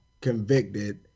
convicted